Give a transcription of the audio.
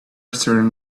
certain